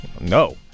No